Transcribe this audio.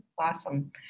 Awesome